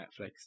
Netflix